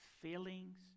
feelings